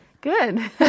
Good